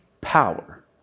power